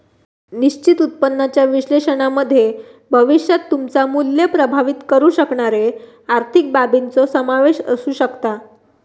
निश्चित उत्पन्नाच्या विश्लेषणामध्ये भविष्यात त्याचा मुल्य प्रभावीत करु शकणारे आर्थिक बाबींचो समावेश असु शकता